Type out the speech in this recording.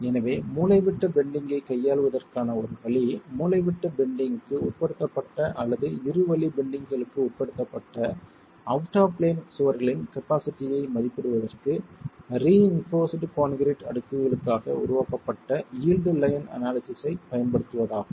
எனவே மூலைவிட்ட பெண்டிங் ஐக் கையாள்வதற்கான ஒரு வழி மூலைவிட்ட பெண்டிங்க்கு உட்படுத்தப்பட்ட அல்லது இரு வழி பெண்டிங்களுக்கு உட்படுத்தப்பட்ட அவுட் ஆப் பிளேன் சுவர்களின் கப்பாசிட்டியை மதிப்பிடுவதற்கு ரீஇன்போர்ஸ்டு கான்கிரீட் அடுக்குகளுக்காக உருவாக்கப்பட்ட யீல்டு லைன் அனாலிசிஸ்சைப் பயன்படுத்துவதாகும்